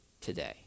today